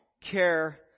care